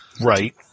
Right